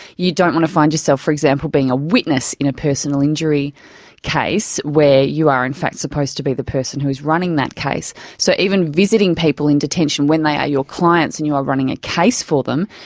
you don't want to find yourself, for example, being a witness in a personal injury case where you are in fact supposed to be the person who is running that case. so even visiting people in detention when they are your clients and you are running a case for them,